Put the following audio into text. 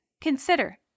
Consider